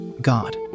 God